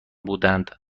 بودند